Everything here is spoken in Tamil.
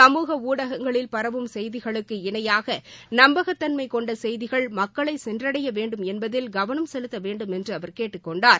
சமூக ஊடகங்களில் பரவும் செய்திகளுக்கு இணையாக நம்பகத்தன்மை கொண்ட செய்திகள் மக்களை சென்றடையவேண்டும் என்பதில் கவனம் செலுத்தவேண்டும் என்று அவர் கேட்டுக்கொண்டார்